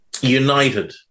United